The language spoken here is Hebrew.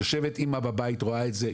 יושבת אימא בבית ורואה את זה,